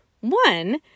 One